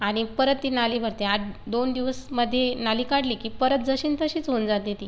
आणि परत ती नाली भरते आठ दोन दिवसमध्ये नाली काढली की परत जशीन् तशीच होऊन जाते ती